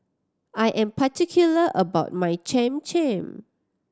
I am particular about my Cham Cham